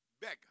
beggar